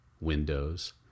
Windows